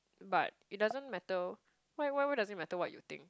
but it doesn't matter why why does it matter what you think